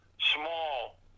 small